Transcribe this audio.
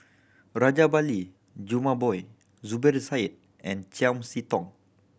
Rajabali Jumabhoy Zubir Said and Chiam See Tong